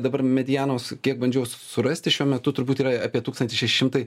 dabar medianos kiek bandžiau surasti šiuo metu turbūt yra apie tūkstantis šeši šimtai